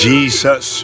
Jesus